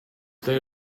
they